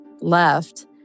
left